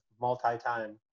multi-time